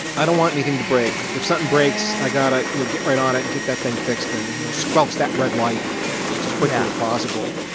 i don't want anything to break. if something breaks, i got to you know get right on it and get that thing fixed and you know squelch that red light just as quickly as possible.